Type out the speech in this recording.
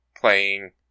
playing